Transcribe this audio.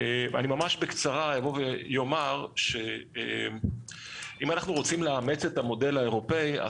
ממש בקצרה אומר שאם אנחנו רוצים לאמץ את המודל האירופאי,